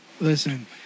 listen